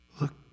Look